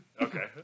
Okay